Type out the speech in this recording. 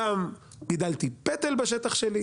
גם גידלתי פטל בשטח שלי,